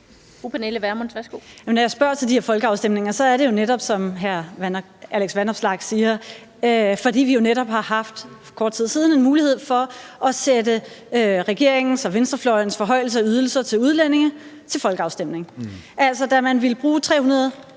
Når jeg spørger til de her folkeafstemninger, er det netop, som hr. Alex Vanopslagh siger, fordi vi jo for kort tid siden netop har haft en mulighed for at sætte regeringens og venstrefløjens forhøjelse af ydelser til udlændinge til folkeafstemning. Altså, da man ville bruge 300